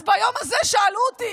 אז ביום הזה שאלו אותי: